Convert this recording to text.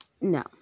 No